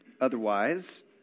Otherwise